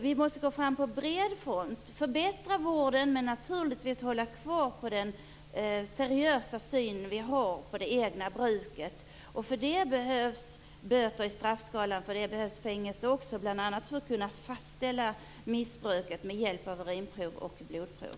Vi måste gå fram på bred front och förbättra vården, men naturligtvis hålla kvar den seriösa syn som vi har på det egna bruket. För detta behövs böter i straffskalan, och även fängelse, bl.a. för att kunna fastställa missbruket med hjälp av urinprov och blodprov.